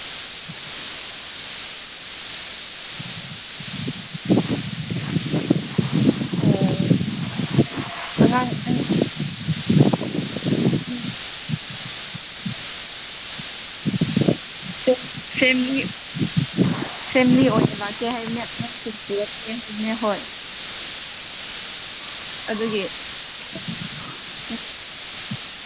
ꯑꯣ ꯑꯉꯥꯡ family family ꯑꯣꯏꯅ ꯂꯥꯛꯀꯦ ꯍꯥꯏꯕꯅꯦ ꯑꯉꯥꯡꯁꯤꯡ ꯄꯨꯔꯛꯀꯦ ꯍꯥꯏꯕꯅꯦ ꯍꯣꯏ ꯑꯗꯨꯒꯤ